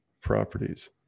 properties